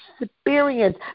experience